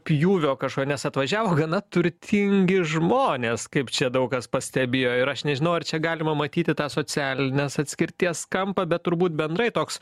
pjūvio kažko nes atvažiavo gana turtingi žmonės kaip čia daug kas pastebėjo ir aš nežinau ar čia galima matyti tą socialinės atskirties kampą bet turbūt bendrai toks